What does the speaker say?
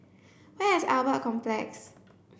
where is Albert Complex